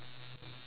so